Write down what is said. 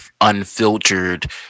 unfiltered